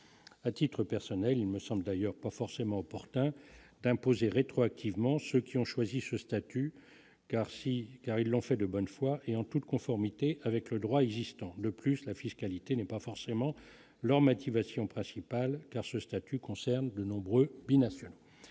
à titre personnel, il me semble d'ailleurs pas forcément opportun d'imposer rétroactivement, ceux qui ont choisi ce statut car si car ils l'ont fait de bonne foi et en toute conformité avec le droit existant, de plus la fiscalité n'est pas forcément leur motivation principale car ce statut concerne de nombreuses binationaux